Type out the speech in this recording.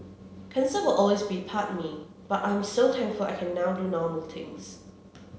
cancer will always be part me but I am so thankful I can now do normal things